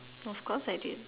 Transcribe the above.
of course I do